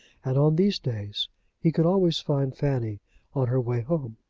and on these days he could always find fanny on her way home.